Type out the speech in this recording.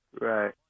Right